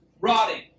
rotting